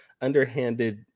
underhanded